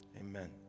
amen